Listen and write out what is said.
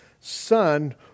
son